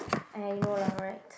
!aiya! you know lah right